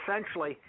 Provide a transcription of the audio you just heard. essentially